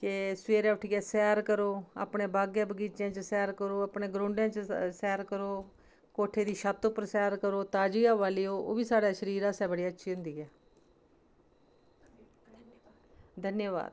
के सबेरे उट्ठियै सैर करो अपने बाग्गे बगीचें च सैर करो अपने ग्राऊंडें च सैर करो कोट्ठे दा छत्त उप्पर सैर करो ताजी हवा लैओ ओह् बी साढ़े शरीर आस्तै बड़ी अच्छी होंदी ऐ धन्याबाद